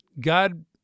God